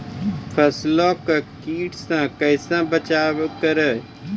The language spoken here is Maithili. फसलों को कीट से कैसे बचाव करें?